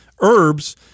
herbs